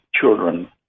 children